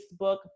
Facebook